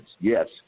yes